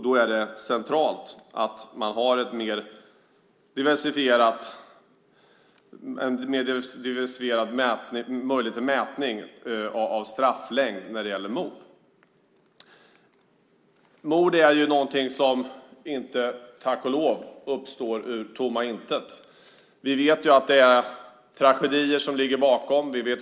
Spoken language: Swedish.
Då är det centralt att ha en mer diversifierad möjlighet till mätning av strafflängden när det gäller mord. Mord uppstår, tack och lov, inte ur tomma intet. Vi vet att tragedier ligger bakom.